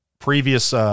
previous